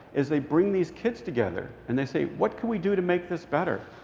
is they bring these kids together. and they say, what can we do to make this better?